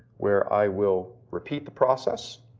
where i will repeat the process